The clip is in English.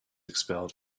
expelled